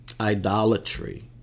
idolatry